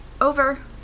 Over